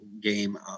game